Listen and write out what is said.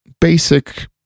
basic